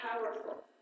powerful